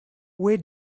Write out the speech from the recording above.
where